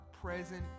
present